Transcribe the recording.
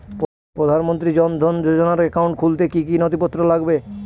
প্রধানমন্ত্রী জন ধন যোজনার একাউন্ট খুলতে কি কি নথিপত্র লাগবে?